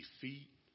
defeat